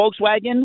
volkswagen